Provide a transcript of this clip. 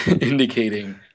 indicating